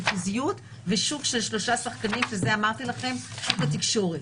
ריכוזיות ושוק של שלושה שחקנים - שזה שוק התקשורת.